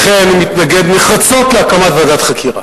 לכן אני מתנגד נחרצות להקמת ועדת חקירה.